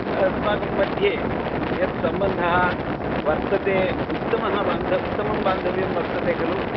अस्माकं मध्ये यत्सम्बन्धः वर्तते उत्तमः बान्ध उत्तमं बान्धव्यं वर्तते खलु